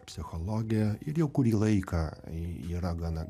psichologė ir jau kurį laiką yra gana